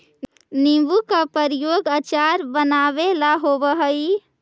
नींबू का प्रयोग अचार बनावे ला होवअ हई